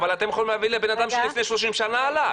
אבל אתם יכולים להביא לבן אדם שלפני 30 שנה עלה?